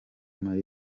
marie